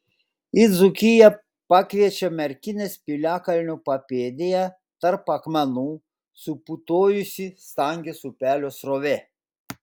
į dzūkiją pakviečia merkinės piliakalnio papėdėje tarp akmenų suputojusi stangės upelio srovė